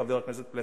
חבר הכנסת פלסנר,